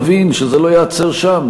יבין שזה לא ייעצר שם.